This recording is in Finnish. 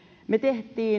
me teimme